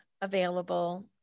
available